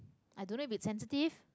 i don't know it's sensitive